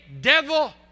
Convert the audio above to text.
devil